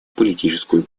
политическую